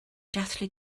dathlu